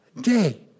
day